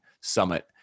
Summit